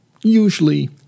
usually